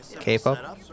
K-pop